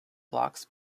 blocks